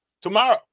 Tomorrow